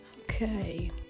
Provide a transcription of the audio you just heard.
Okay